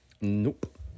Nope